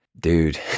dude